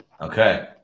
Okay